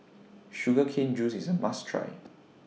Sugar Cane Juice IS A must Try